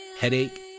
headache